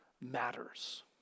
matters